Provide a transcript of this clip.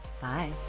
bye